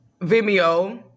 Vimeo